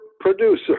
producer